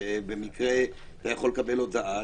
שאתה במקרה יכול לקבל הודעה,